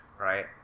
right